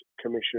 Commission